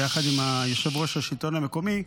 ביחד עם יושב-ראש השלטון המקומי,